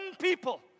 people